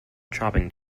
chopping